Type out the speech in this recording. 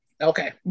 Okay